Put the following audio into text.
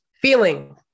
Feeling